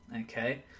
okay